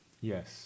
Yes